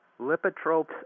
lipotropes